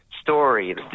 story